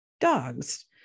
dogs